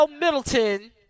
Middleton